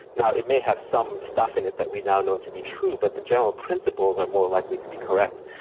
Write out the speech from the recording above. now, it may have some stuff in it that we now know to be true but the general principles are more likely to be correct.